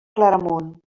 claramunt